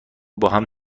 باهم